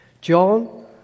John